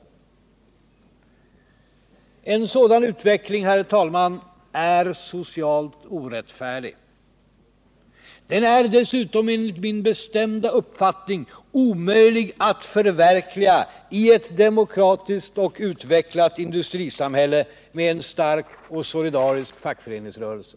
En sådan utveckling, herr talman, är socialt orättfärdig. Den är dessutom enligt min bestämda uppfattning omöjlig att förverkliga i ett demokratiskt och utvecklat industrisamhälle med en stark och solidarisk fackföreningsrörelse.